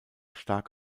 stark